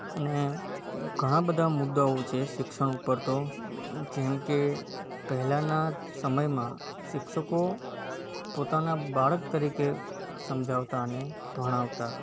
અને ઘણાં બધા મુદ્દાઓ છે શિક્ષણ ઉપર તો જેમ કે પહેલાંના સમયમાં શિક્ષકો પોતાના બાળક તરીકે સમજાવતા અને ભણાવતા